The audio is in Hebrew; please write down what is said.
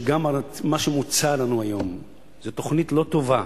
שגם מה שמוצע לנו היום זו תוכנית לא טובה.